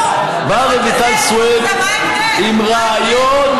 וגם תעשייה של נשים שמובאות מחו"ל לעסוק בזה,